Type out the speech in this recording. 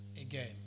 again